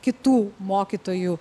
kitų mokytojų